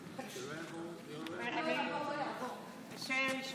חברי הכנסת הנכבדים, אני דווקא רוצה לפנות